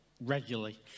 regularly